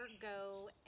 go